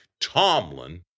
Tomlin